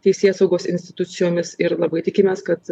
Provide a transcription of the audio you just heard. teisėsaugos institucijomis ir labai tikimės kad